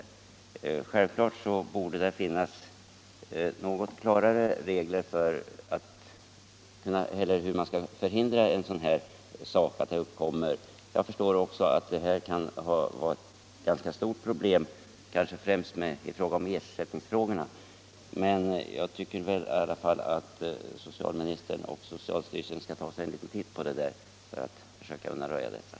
Självklart borde det finnas något klarare regler för hur man skall kunna förhindra att något sådant inträffar. Svårigheterna när det gäller att lösa dessa problem är givetvis mycket stora, kanske särskilt i ersättningsfrågorna, men jag tycker att social ministern och socialstyrelsen i alla fall skall se över detta för att komma fram till en lösning.